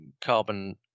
carbon